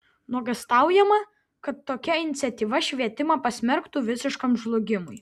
nuogąstaujama kad tokia iniciatyva švietimą pasmerktų visiškam žlugimui